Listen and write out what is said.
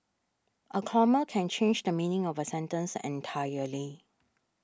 a comma can change the meaning of a sentence entirely